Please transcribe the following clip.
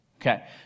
Okay